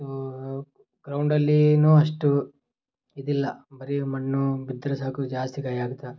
ಅದೂ ಗ್ರೌಂಡಲ್ಲಿ ಏನೋ ಅಷ್ಟು ಇದಿಲ್ಲ ಬರೀ ಮಣ್ಣು ಬಿದ್ದರೆ ಸಾಕು ಜಾಸ್ತಿ ಗಾಯ ಆಗುತ್ತೆ